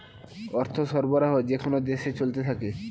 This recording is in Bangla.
অর্থ সরবরাহ যেকোন দেশে চলতে থাকে